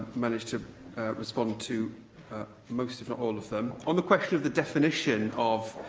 manage to respond to most if not all of them. on the question of the definition of